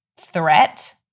threat